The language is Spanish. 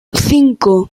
cinco